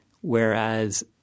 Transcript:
whereas